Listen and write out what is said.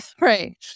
Right